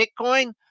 bitcoin